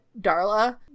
Darla